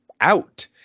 out